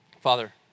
Father